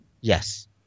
Yes